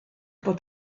bod